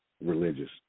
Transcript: Religious